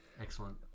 Excellent